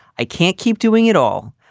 i can't keep doing it all.